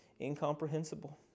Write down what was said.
incomprehensible